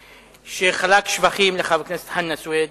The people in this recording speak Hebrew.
שחלק שבחים לחבר הכנסת חנא סוייד,